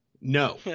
no